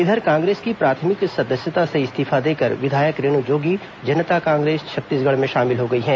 इधर कांग्रेस की प्राथमिक सदस्यता से इस्तीफा देकर विधायक रेणु जोगी जनता कांग्रेस छत्तीसगढ़ में शामिल हो गई हैं